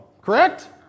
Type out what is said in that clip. correct